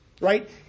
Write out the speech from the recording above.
Right